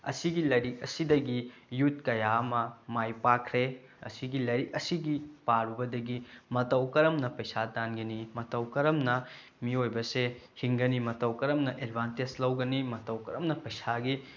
ꯑꯁꯤꯒꯤ ꯂꯥꯏꯔꯤꯛ ꯑꯁꯤꯗꯒꯤ ꯌꯨꯠ ꯀꯌꯥ ꯑꯃ ꯃꯥꯏ ꯄꯥꯛꯈ꯭ꯔꯦ ꯑꯁꯤꯒꯤ ꯂꯥꯏꯔꯤꯛ ꯑꯁꯤꯒꯤ ꯄꯥꯔꯨꯕꯗꯒꯤ ꯃꯇꯧ ꯀꯔꯝꯅ ꯄꯩꯁꯥ ꯇꯥꯟꯒꯅꯤ ꯃꯇꯧ ꯀꯔꯝꯅ ꯃꯤꯑꯣꯏꯕꯁꯦ ꯍꯤꯡꯒꯅꯤ ꯃꯇꯧ ꯀꯔꯝꯅ ꯑꯦꯗꯚꯥꯟꯇꯦꯖ ꯂꯧꯒꯅꯤ ꯃꯇꯧ ꯀꯔꯝꯅ ꯄꯩꯁꯥꯒꯤ